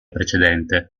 precedente